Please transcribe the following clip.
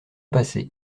passé